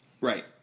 Right